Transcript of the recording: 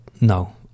no